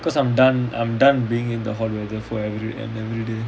cause I'm done I'm done being in the hot weather for every and everyday